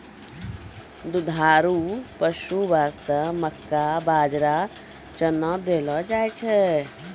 दुधारू पशु वास्तॅ मक्का, बाजरा, चना देलो जाय छै